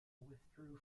withdrew